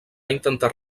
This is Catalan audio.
intentar